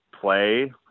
play